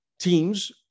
teams